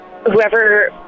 whoever